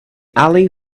alley